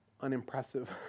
unimpressive